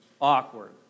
awkward